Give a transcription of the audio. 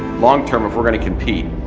long term, if we're gonna compete,